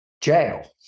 jail